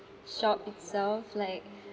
shop itself like